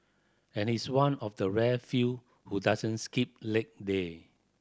and he's one of the rare few who doesn't skip leg day